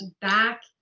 back